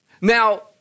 Now